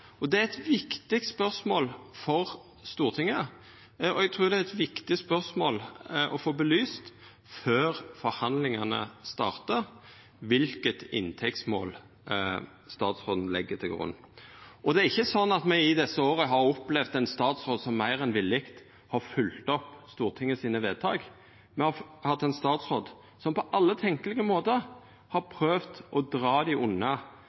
for Stortinget. Eg trur det er eit viktig spørsmål å få belyst før forhandlingane startar, kva inntektsmål statsråden legg til grunn. Det er ikkje slik at me i desse åra har opplevd ein statsråd som meir enn villig har følgt opp Stortinget sine vedtak. Me har hatt ein statsråd som på alle tenkjelege måtar har prøvd å dra